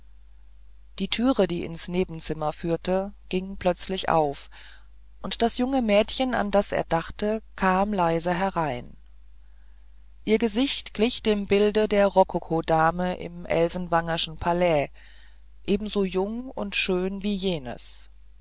die türe die ins nebenzimmer führte ging plötzlich auf und das junge mädchen an das er dachte kam leise herein ihr gesicht glich dem bilde der rokokodame im elsenwangerschen palais ebenso jung und schön wie jenes